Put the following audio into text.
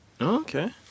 Okay